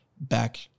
back